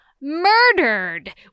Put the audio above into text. murdered